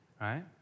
Right